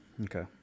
Okay